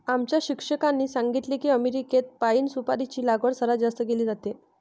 आमच्या शिक्षकांनी सांगितले की अमेरिकेत पाइन सुपारीची लागवड सर्वात जास्त केली जाते